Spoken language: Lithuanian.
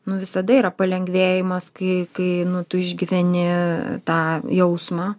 nu visada yra palengvėjimas kai kai nu tu išgyveni tą jausmą